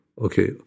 okay